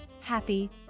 happy